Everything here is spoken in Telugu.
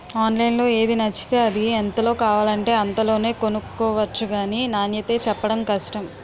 ఆన్లైన్లో ఏది నచ్చితే అది, ఎంతలో కావాలంటే అంతలోనే కొనుక్కొవచ్చు గానీ నాణ్యతే చెప్పడం కష్టం